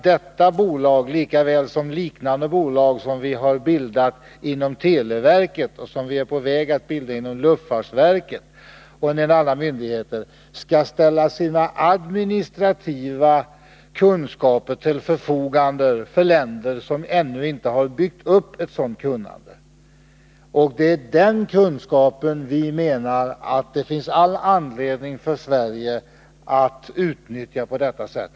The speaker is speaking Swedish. Detta bolag, lika väl som liknande bolag som vi har bildat inom televerket och som vi är på väg att bilda inom luftfartsverket och en del andra myndigheter, skall ställa sina administrativa kunskaper till förfogande för länder som ännu inte har byggt upp ett sådant kunnande. Det är den kunskapen vi menar att det finns all anledning för Sverige att utnyttja på detta sätt.